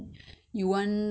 so ya